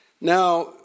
Now